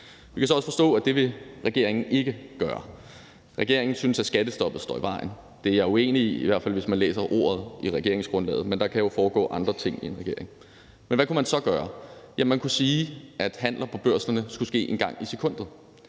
Vi kan så også forstå, at det vil regeringen ikke gøre. Regeringen synes, at skattestoppet står i vejen. Det er jeg uenig i, i hvert fald hvis man læser regeringsgrundlaget, men der kan jo foregå andre ting i en regering. Hvad kunne man så gøre? Ja, man kunne sige, at handler på børserne skulle ske en gang i sekundet.